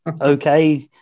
Okay